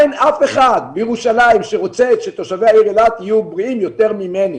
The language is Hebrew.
אין אף אחד בירושלים שרוצה שתושבי העיר אילת יהיו בריאים יותר ממני.